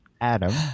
adam